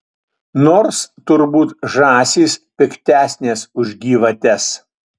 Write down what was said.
nors turbūt žąsys piktesnės už gyvates